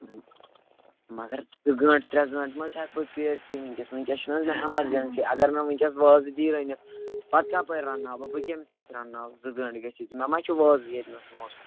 مگر زٕ گٲنٛٹہٕ ترٛےٚ گٲنٛٹہٕ مہٕ ہٮ۪کہٕ بہٕ پیٛٲرتھی وٕنۍکٮ۪س وٕنۍکٮ۪س چھُنہٕ حظ مےٚ اٮ۪مَرجَنسی اگر مےٚ وٕنۍکٮ۪س وازٕ دی رٔنِتھ پتہٕ کَپٲرۍ رَنناو بہٕ بہٕ کٔمِس اَتھِ رَنناو زٕ گٲنٛٹہٕ گٔژھِتھ مےٚ ما چھِ وازٕ ییٚتہِ نَس نوکَر